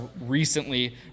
recently